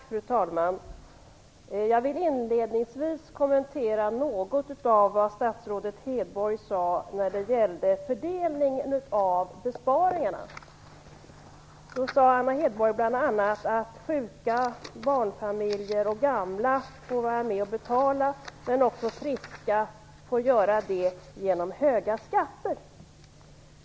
Fru talman! Jag vill inledningsvis kommentera något av det som statsrådet Hedborg sade när det gällde fördelningen av besparingarna. Anna Hedborg sade bl.a. att sjuka, barnfamiljer och gamla får vara med och betala, men att även friska får göra det genom höga skatter.